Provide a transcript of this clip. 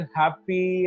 happy